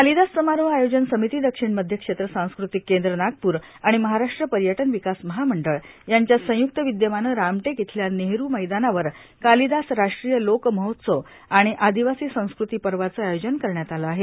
कालीदास समारोह आयोजन समिती दक्षिण मध्य क्षेत्र सांस्कृतिक केंद्र नागपूर आणि महाराष्ट्र पर्यटन विकास महामंडळ यांच्या संय्क्त विद्यमानं रामटेक इथल्या नेहरू मैदानावर कालिदास राष्ट्रीय लोकमहोत्सव आणि आदिवासी संस्कृती पर्वाचं आयोजन करण्यात आला आहे